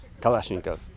Kalashnikov